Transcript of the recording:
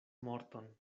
morton